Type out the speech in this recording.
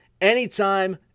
anytime